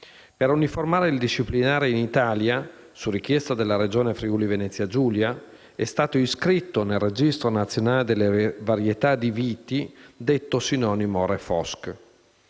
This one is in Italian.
Per uniformare il disciplinare in Italia, su richiesta della Regione Friuli-Venezia Giulia, è stato iscritto nel Registro nazionale delle varietà di vite detto sinonimo Refosk.